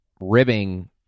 ribbing